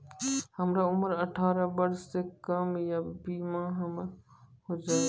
हमर उम्र अठारह वर्ष से कम या बीमा हमर हो जायत?